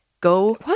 Go